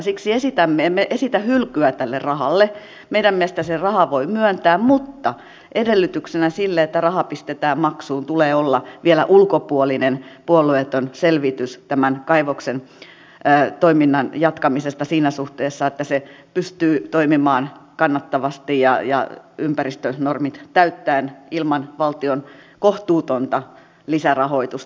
siksi emme esitä hylkyä tälle rahalle meidän mielestämme sen rahan voi myöntää mutta edellytyksenä sille että raha pistetään maksuun tulee olla vielä ulkopuolinen puolueeton selvitys tämän kaivoksen toiminnan jatkamisesta siinä suhteessa että se pystyy toimimaan kannattavasti ja ympäristönormit täyttäen ilman valtion kohtuutonta lisärahoitusta